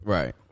Right